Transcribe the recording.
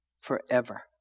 forever